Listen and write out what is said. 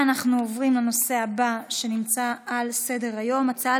נעבור להצעה לסדר-היום מס'